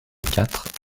quatre